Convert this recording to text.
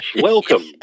welcome